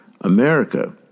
America